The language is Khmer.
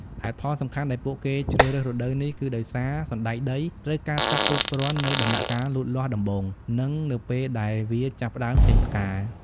ហេតុផលសំខាន់ដែលពួកគេជ្រើសរើសរដូវនេះគឺដោយសារសណ្ដែកដីត្រូវការទឹកគ្រប់គ្រាន់នៅដំណាក់កាលលូតលាស់ដំបូង និងនៅពេលដែលវាចាប់ផ្ដើមចេញផ្កា។